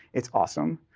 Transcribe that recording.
it's awesome.